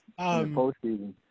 postseason